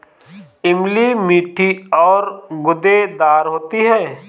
इमली मीठी और गूदेदार होती है